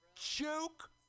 Joke